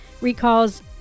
recalls